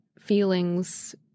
feelings